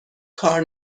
کار